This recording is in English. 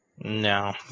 No